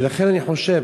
ולכן אני חושב,